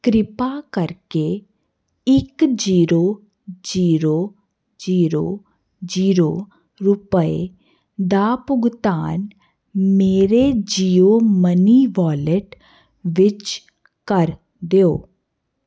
ਕਿਰਪਾ ਕਰਕੇ ਇੱਕ ਜੀਰੋ ਜੀਰੋ ਜੀਰੋ ਜੀਰੋ ਰੁਪਏ ਦਾ ਭੁਗਤਾਨ ਮੇਰੇ ਜੀਓ ਮਨੀ ਵਾਲਿਟ ਵਿੱਚ ਕਰ ਦਿਓ